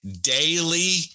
Daily